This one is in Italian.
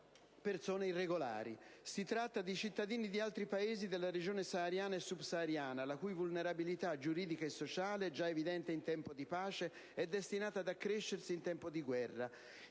persone irregolari. Si tratta dei cittadini di altri Paesi della regione sahariana e subsahariana, la cui vulnerabilità giuridica e sociale, già evidente in tempo di pace, è destinata ad accrescersi in tempo di guerra